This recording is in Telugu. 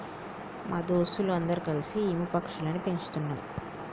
మా దోస్తులు అందరు కల్సి ఈము పక్షులని పెంచుతున్నాం